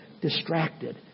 distracted